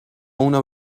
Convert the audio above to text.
اونو